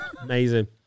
Amazing